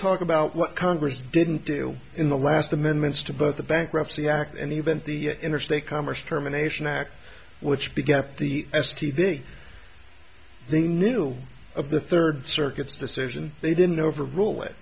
talk about what congress didn't do in the last amendments to both the bankruptcy act and even the interstate commerce terminations act which began the s t v thing new of the third circuit's decision they didn't overrule it